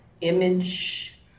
image